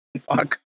fuck